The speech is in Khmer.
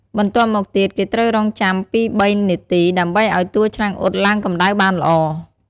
បន្ទាប់មកទៀត គេត្រួវរង់ចាំពីរបីនាទីដើម្បីឲ្យតួឆ្នាំងអ៊ុតឡើងកម្ដៅបានល្អ។